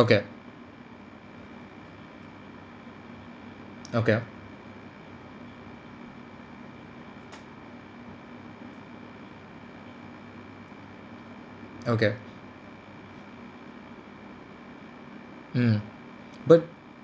okay okay okay mmhmm but